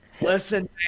listen